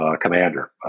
commander